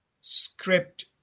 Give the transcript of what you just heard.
Script